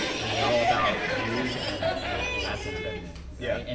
i mean they're all about views and and and adsense revenue. yeah. and